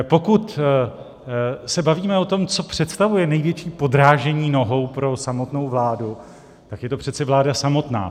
Pokud se bavíme o tom, co představuje největší podrážení nohou pro samotnou vládu, tak je to přece vláda samotná.